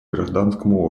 гражданскому